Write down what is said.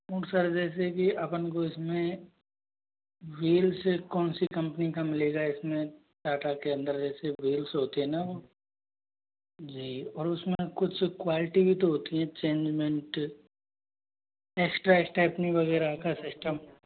sir जैसे कि अपन को इस में व्हील से कौनसी कम्पनी का मिलेगा इस में टाटा के अंदर जैसे व्हील्स होते है ना वो जी और उस में कुछ क्वालिटी भी तो होती हैं चंगेमेंट एक्स्ट्रा स्टेपनी वग़ैरह का सिस्टम